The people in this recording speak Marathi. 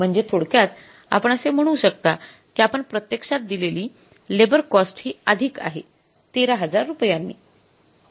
म्हणजे थोडक्यात आपण असे म्हणू शकता कि आपण प्रत्यक्षात दिलेली लेबर कॉस्ट हि अधिक आहे १३००० रुपयांनी